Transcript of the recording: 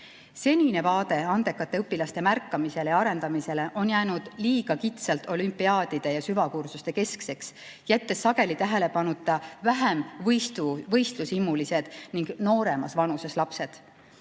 Senine vaade andekate õpilaste märkamisele ja arendamisele on jäänud liiga kitsalt olümpiaadide ja süvakursuste keskseks, jättes sageli tähelepanuta vähem võistlushimulised ning nooremas vanuses lapsed.